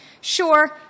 Sure